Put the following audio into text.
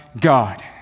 God